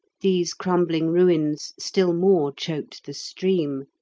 these crumbling ruins still more choked the stream,